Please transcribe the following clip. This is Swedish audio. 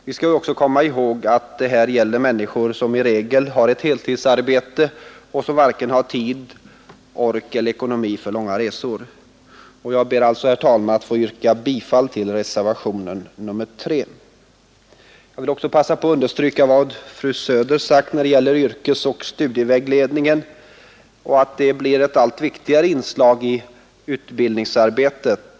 Vi skall också här komma ihåg att det gäller människor som i regel har ett heltidsarbete och som varken har tid, ork eller ekonomi för långa resor. Herr talman! Jag yrkar alltså bifall till reservationen 3. Sedan vill jag också passa på att understryka vad fru Söder sade om yrkesoch studievägledningen, som blir ett allt viktigare inslag i utbildningsarbetet.